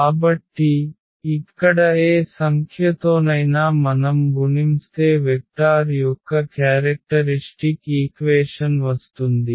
కాబట్టి ఇక్కడ ఏ సంఖ్యతోనైనా మనం గుణింస్తే వెక్టార్ యొక్క క్యారెక్టరిష్టిక్ ఈక్వేషన్ వస్తుంది